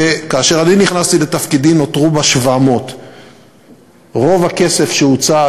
וכאשר אני נכנסתי לתפקידי נותרו בה 700. רוב הכסף שהוצא,